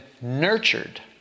nurtured